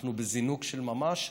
אנחנו בזינוק של ממש.